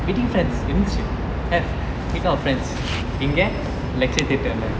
meeting friends have with our friends எங்க:engge lecture theatre leh